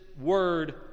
word